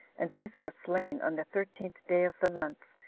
and these were slain on the thirteenth day of the month,